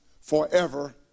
forever